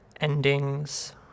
Endings